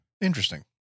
Interesting